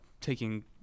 taking